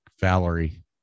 Valerie